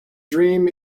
dream